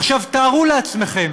עכשיו, תארו לעצמכם: